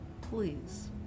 Please